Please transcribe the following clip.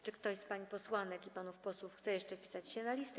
Czy ktoś z pań posłanek i panów posłów chce jeszcze wpisać się na listę?